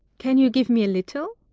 can you give me a little?